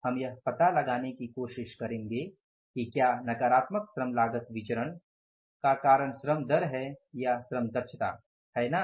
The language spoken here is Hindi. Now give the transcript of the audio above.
हम यह पता लगाने की कोशिश करेंगे कि क्या नकारात्मक श्रम लागत विचरण का श्रम दर है या श्रम दक्षता है ना